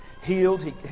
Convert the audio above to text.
healed